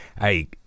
hey